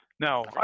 Now